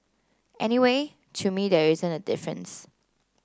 anyway to me there isn't a difference